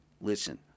listen